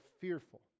fearful